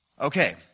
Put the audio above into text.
Okay